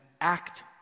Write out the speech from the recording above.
act